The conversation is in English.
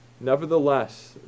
Nevertheless